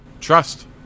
Trust